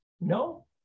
no